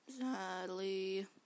sadly